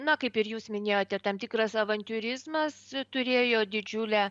na kaip ir jūs minėjote tam tikras avantiūrizmas turėjo didžiulę